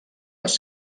les